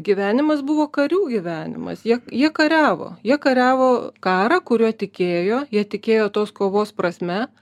gyvenimas buvo karių gyvenimas jie jie kariavo jie kariavo karą kuriuo tikėjo jie tikėjo tos kovos prasme